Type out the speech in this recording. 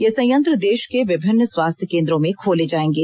ये संयंत्र देश के विभिन्न स्वास्थ्य केंद्रों में खोले जाएंगे